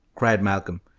cried malcolm.